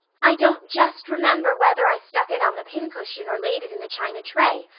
i don't just remember whether i stuck it on the pincushion or laid it in the china tray.